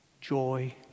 joy